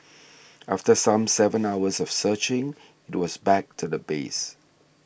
after some seven hours of searching it was back to the base